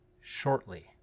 shortly